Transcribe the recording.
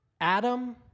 Adam